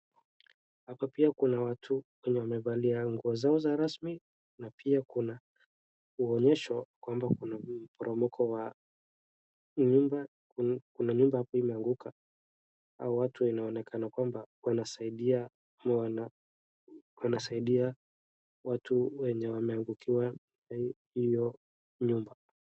Hapa pia kuna watu wenye wamevalia nguo zao za rasmi, na pia kuna uonyesho kwamba kuna mporomoko wa nyumba, kuna nyumba hapo imeanguka. Hawa watu wanaonekana kwamba wanasaidia watu wenye wameangukiwa na hiyo nyumba.